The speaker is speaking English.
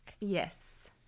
yes